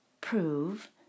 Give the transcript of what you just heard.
prove